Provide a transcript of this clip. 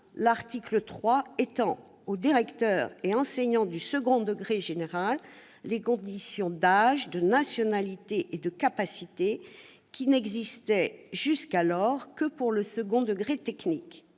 l'article 3 étend aux directeurs et enseignants du second degré général les conditions d'âge, de nationalité et de capacité qui n'existaient jusqu'alors que pour leurs homologues du second degré technique.